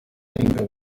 y’ingabo